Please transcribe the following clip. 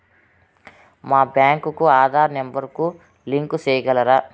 మా బ్యాంకు కు ఆధార్ నెంబర్ కు లింకు సేయగలరా?